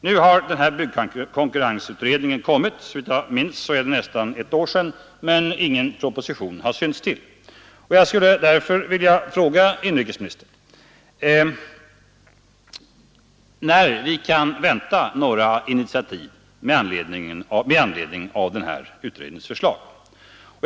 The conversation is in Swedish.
Nu har den framlagt sitt betänkande, det är nästan ett år sedan, men ingen proposition har synts till. Jag skulle därför vilja fråga inrikesministern när vi kan vänta några initiativ med anledning av utredningens förslag.